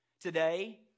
Today